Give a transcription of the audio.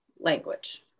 language